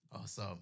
Awesome